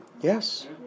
Yes